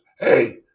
Hey